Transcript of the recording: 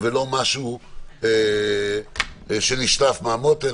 ולא משהו שנשלף מן המותן.